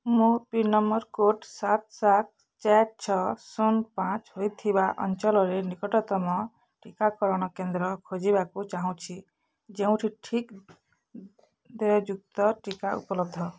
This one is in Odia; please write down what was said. ମୁଁ ପିନ୍ ନମ୍ବର କୋଡ଼୍ ସାତ ସାତ ଚାରି ଛଅ ଶୂନ ପାଞ୍ଚ ହୋଇଥିବା ଅଞ୍ଚଳରେ ନିକଟତମ ଟିକାକରଣ କେନ୍ଦ୍ର ଖୋଜିବାକୁ ଚାହୁଁଛି ଯେଉଁଠିକି ଦେୟଯୁକ୍ତ ଟିକା ଉପଲବ୍ଧ